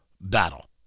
battle